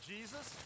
Jesus